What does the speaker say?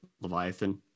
Leviathan